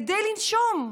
כדי לנשום,